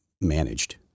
managed